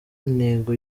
intego